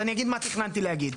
אז אני אגיד מה תכננתי להגיד.